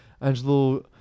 Angelo